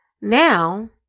Now